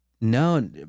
No